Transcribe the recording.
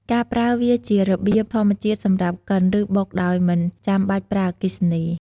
ការប្រើវាជារបៀបធម្មជាតិសម្រាប់កិន ឬបុកដោយមិនចាំបាច់ប្រើអគ្គិសនី។